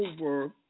over